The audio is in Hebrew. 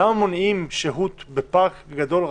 למה מונעים שהות בפארק גדול,